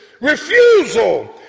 refusal